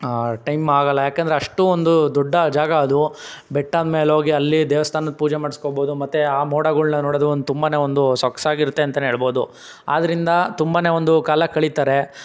time ಆಗೋಲ್ಲ ಯಾಕೆಂದ್ರೆ ಅಷ್ಟೂ ಒಂದು ದೊಡ್ಡ ಜಾಗ ಅದು ಬೆಟ್ಟದ ಮೇಲೆ ಹೋಗಿ ಅಲ್ಲಿ ದೇವಸ್ಥಾನದ ಪೂಜೆ ಮಾಡಿಸ್ಕೋಬೋದು ಮತ್ತೆ ಆ ಮೋಡಗಳ್ನ ನೋಡೋದು ಒಂದು ತುಂಬನೇ ಒಂದು ಸೊಗಸಾಗಿರುತ್ತೆ ಅಂತಲೇ ಹೇಳ್ಬೋದು ಅದ್ರಿಂದ ತುಂಬನೇ ಒಂದು ಕಾಲ ಕಳಿತಾರೆ